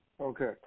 Okay